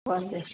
phone చే